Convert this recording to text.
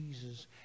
Jesus